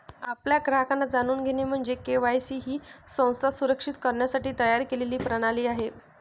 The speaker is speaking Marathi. आपल्या ग्राहकांना जाणून घेणे म्हणजे के.वाय.सी ही संस्था सुरक्षित करण्यासाठी तयार केलेली प्रणाली आहे